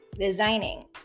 designing